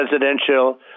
presidential